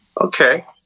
okay